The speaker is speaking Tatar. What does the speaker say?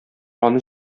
аны